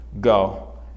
Go